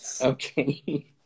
Okay